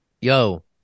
Yo